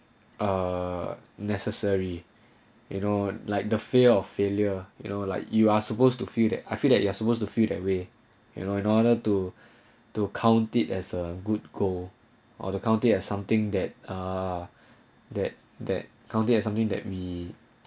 ah necessary you know like the fear of failure you know like you are supposed to feel that I feel that you are supposed to feel that way you know in order to to count it as a good go or the county as something that uh that that county or something that we